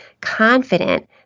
confident